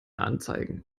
anzeigen